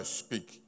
speak